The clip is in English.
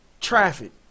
traffic